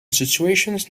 situations